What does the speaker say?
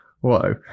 Whoa